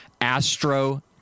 Astro